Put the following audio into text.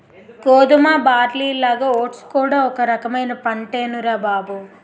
గోధుమ, బార్లీలాగా ఓట్స్ కూడా ఒక రకమైన పంటేనురా బాబూ